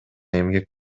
эмгек